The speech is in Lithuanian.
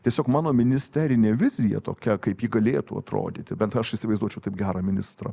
tiesiog mano ministerinė vizija tokia kaip ji galėtų atrodyti bent aš įsivaizduočiau taip gerą ministrą